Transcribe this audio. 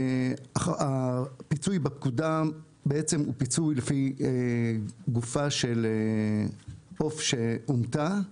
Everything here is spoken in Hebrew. הפיצוי בפקודה בעצם הוא פיצוי לפי גופה של עוף שהומתה,